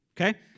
Okay